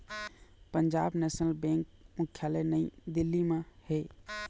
Punjab National Bank मुख्यालय नई दिल्ली म हे